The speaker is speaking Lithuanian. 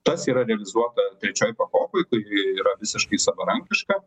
tas yra realizuota trečioj pakopoj kur yra visiškai savarankiška